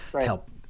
help